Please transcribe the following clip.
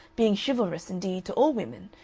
being chivalrous indeed to all women,